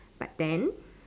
but then